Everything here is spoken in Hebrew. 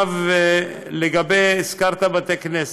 הזכרת בתי-כנסת,